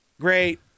Great